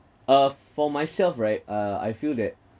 uh for myself right uh I feel that